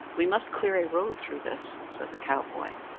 we must clear a road through this, said the cowboy.